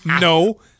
No